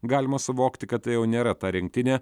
galima suvokti kad tai jau nėra ta rinktinė